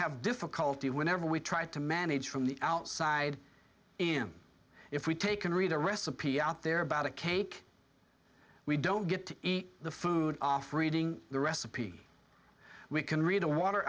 have difficulty whenever we try to manage from the outside in if we take an read a recipe out there about a cake we don't get to eat the food off reading the recipe we can read a water